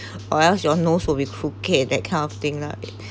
or else your nose will be crooked that kind of thing lah